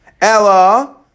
Ella